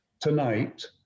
tonight